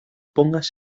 pongas